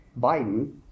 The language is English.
Biden